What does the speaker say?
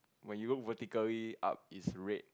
when you look vertically up it's red